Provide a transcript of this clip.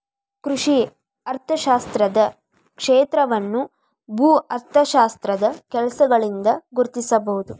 ಕೃಷಿ ಅರ್ಥಶಾಸ್ತ್ರದ ಕ್ಷೇತ್ರವನ್ನು ಭೂ ಅರ್ಥಶಾಸ್ತ್ರದ ಕೆಲಸಗಳಿಂದ ಗುರುತಿಸಬಹುದು